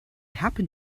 happen